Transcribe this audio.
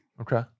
Okay